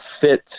fit